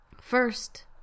First